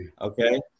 Okay